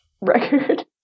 record